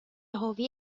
حاوی